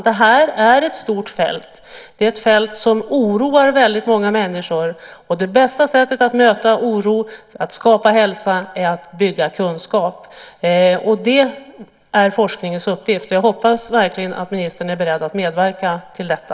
Det här är ett stort fält, och det oroar många människor. Det bästa sättet att möta oro och skapa hälsa är att bygga upp kunskap. Det är forskningens uppgift. Jag hoppas verkligen att ministern är beredd att medverka till detta.